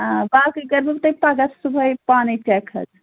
آ باقٕے کٔرِہو تۅہہِ پَگاہ صُبحے پانے چیک حظ